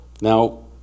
Now